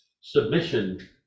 submission